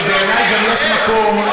שבעיני גם יש מקום,